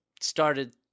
started